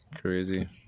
crazy